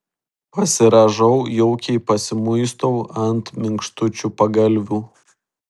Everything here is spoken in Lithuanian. pasirąžau jaukiai pasimuistau ant minkštučių pagalvių